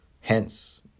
Hence